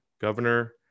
Governor